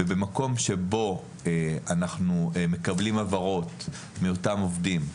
ובמקום שבו אנחנו מקבלים הבהרות מאותם עובדים,